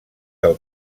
del